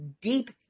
deep